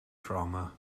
drama